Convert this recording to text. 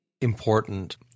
important